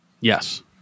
yes